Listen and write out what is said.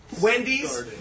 Wendy's